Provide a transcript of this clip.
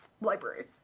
library